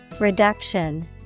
Reduction